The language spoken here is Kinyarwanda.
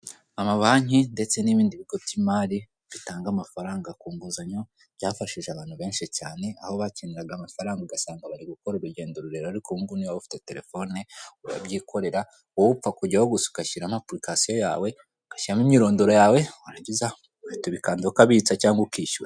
Amabanki ndetse n'ibindi bigo by'imari bitanga amafaranga ku nguzanyo, byafashije abantu benshi cyane aho bakeneraga amafaranga ugasanga bari gukora urugendo rurerure, ariko ubu niba ufite telefone urabyikorera wowe upfa kujyaho gusa ugashyiramo apurikasiyo yawe ugashyiramo imyirondoro yawe warangiza ugahita ubikandaho ukabitsa cyangwa ukishyura.